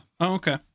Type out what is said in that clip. Okay